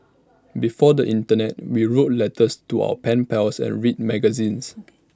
before the Internet we wrote letters to our pen pals and read magazines